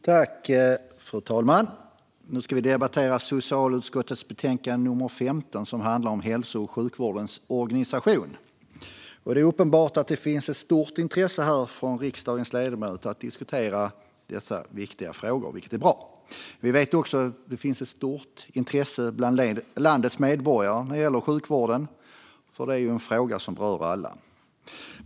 Fru talman! Nu ska vi debattera socialutskottets betänkande 15, som handlar om hälso och sjukvårdens organisation. Det är uppenbart att det finns ett stort intresse från riksdagens ledamöter att diskutera dessa viktiga frågor, vilket är bra. Vi vet också att det finns ett stort intresse bland landets medborgare när det gäller sjukvården, för det är ju en fråga som rör alla.